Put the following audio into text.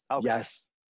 yes